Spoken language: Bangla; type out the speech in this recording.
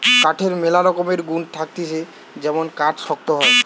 কাঠের ম্যালা রকমের গুন্ থাকতিছে যেমন কাঠ শক্ত হয়